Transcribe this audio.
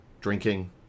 drinking